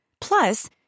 Plus